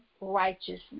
righteousness